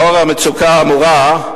לאור המצוקה האמורה,